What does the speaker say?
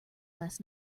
last